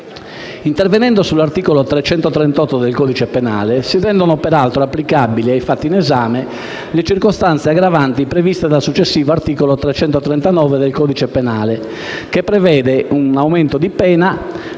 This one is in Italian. Intervenendo sull'articolo 338 del codice penale, si rendono peraltro applicabili ai fatti in esame le circostanze aggravanti previste dal successivo articolo 339 del codice penale, il quale prevede un aumento di pena